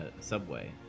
subway